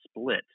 split